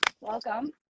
Welcome